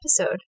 episode